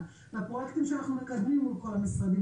והפרויקטים שאנחנו מקדמים מול כל המשרדים,